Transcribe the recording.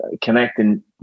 connecting